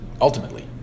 Ultimately